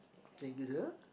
regular